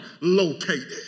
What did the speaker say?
located